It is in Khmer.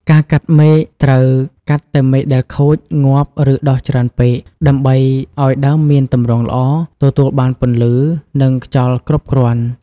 ការកាត់មែកត្រូវ កាត់តែមែកដែលខូច ងាប់ ឬដុះច្រើនពេក ដើម្បីឱ្យដើមមានទម្រង់ល្អ ទទួលបានពន្លឺ និងខ្យល់គ្រប់គ្រាន់។